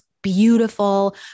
beautiful